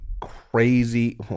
crazy